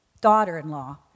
daughter-in-law